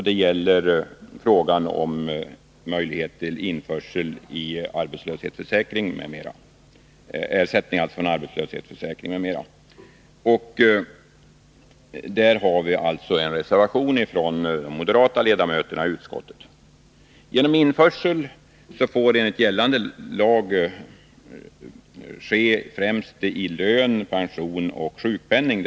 Det gäller frågan om möjligheten till införsel i ersättning från arbetslöshetsförsäkringen m.m. Där föreligger en reservation från de moderata ledamöterna i utskottet. Införsel får enligt gällande lag ske främst i lön, pension och sjukpenning.